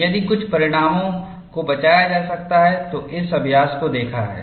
यदि कुछ परिणामों को बचाया जा सकता है तो इस अभ्यास को देखा है